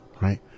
Right